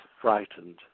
frightened